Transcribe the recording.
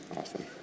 Awesome